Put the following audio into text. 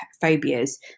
phobias